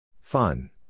Fun